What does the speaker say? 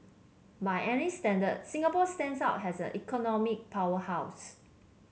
by any standard Singapore stands out as an economic powerhouse